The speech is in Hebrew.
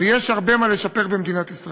ויש הרבה מה לשפר במדינת ישראל.